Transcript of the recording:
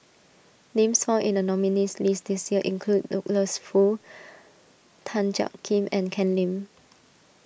names found in the nominees' list this year include Douglas Foo Tan Jiak Kim and Ken Lim